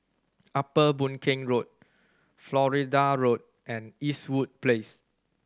Upper Boon Keng Road Florida Road and Eastwood Place